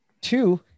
Two